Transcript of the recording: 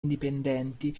indipendenti